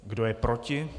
Kdo je proti?